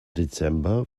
dezember